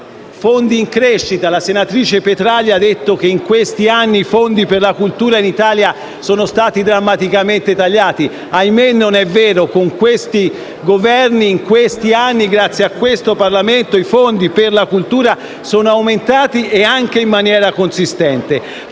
fondi in crescita. La senatrice Petraglia ha detto che in questi anni i fondi per la cultura in Italia sono stati drammaticamente tagliati, ahimè non è vero: con questi Governi e grazie a questo Parlamento, negli ultimi anni i fondi per la cultura sono aumentati e anche in maniera consistente,